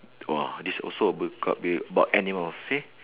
!wah! this also a good topic about animals you see